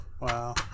wow